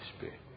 Spirit